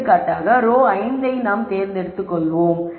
எடுத்துக்காட்டாக ரோ 5 தேர்ந்தெடுப்போம்